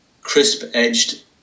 crisp-edged